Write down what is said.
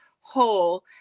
whole